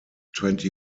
twenty